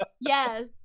Yes